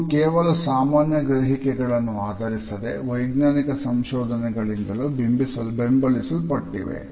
ಇವು ಕೇವಲ ಸಾಮಾನ್ಯ ಗ್ರಹಿಕೆಗಳನ್ನು ಆಧರಿಸದೆ ವೈಜ್ಞಾನಿಕ ಸಂಶೋಧನೆಗಳಿಂದಲೂ ಬೆಂಬಲಿಸಲ್ಪಟ್ಟಿವೆ